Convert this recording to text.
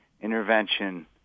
intervention